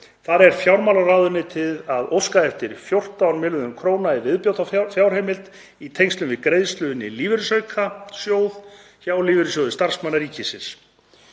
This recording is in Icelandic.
Þar er fjármálaráðuneytið að óska eftir 14 milljarða kr. viðbótarfjárheimild í tengslum við greiðslu inn í lífeyrisaukasjóð hjá Lífeyrissjóði starfsmanna ríkisins.